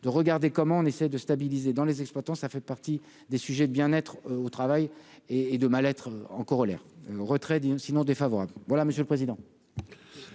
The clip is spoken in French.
de regarder comment on essaye de stabiliser dans les exploitants, ça fait partie des sujets de bien-être au travail et et de mal-être, en corollaire retrait sinon défavorable voilà monsieur le président.